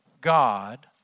God